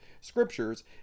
scriptures